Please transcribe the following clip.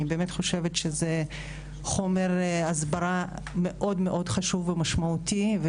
אני באמת חושבת שזה חומר הסברה מאוד מאוד חשוב ומשמעותי.